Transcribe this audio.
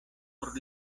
por